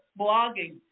blogging